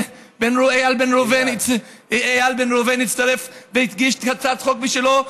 בן ראובן הצטרף והגיש הצעת חוק משלו,